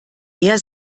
mehr